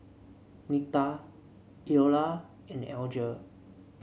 Nita Iola and Alger